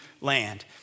land